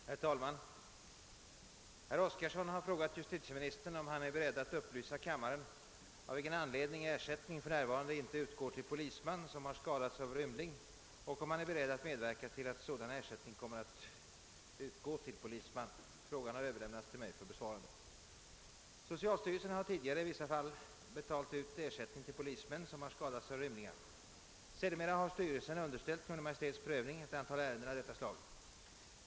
Herr talman! Herr Oskarson har frågat justitieministern om han är beredd att upplysa kammaren om av vilken anledning ersättning för närvarande inte utgår till polisman som har skadats av rymling och om han är beredd att medverka till att sådan ersättning kommer att utgå till polisman. Frågan har överlämnats till mig för besvarande. Socialstyrelsen har tidigare i vissa fall betalt ut ersättning till polismän som 'har skadats av rymlingar. Sedermera har styrelsen underställt Kungl. Maj:ts prövning ett antal ärenden av detta slag.